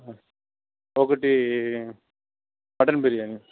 ఒకటి మటన్ బిర్యానీ